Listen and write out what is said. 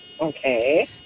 Okay